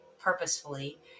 Purposefully